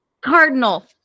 Cardinal